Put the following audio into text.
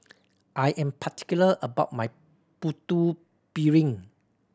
I am particular about my Putu Piring